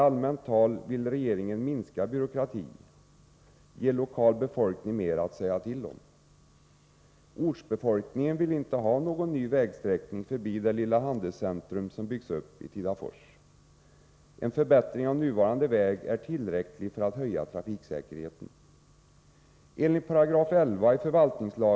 Regeringen vill, i allmänt tal, minska byråkratin och ge den lokala befolkningen mer att säga till om. Ortsbefolkningen vill emellertid inte ha någon ny vägsträckning utanför det lilla handelscentrum som byggts upp i Tidafors. Det är tillräckligt med en förbättring av nuvarande väg för att trafiksäkerheten skall förbättras.